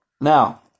now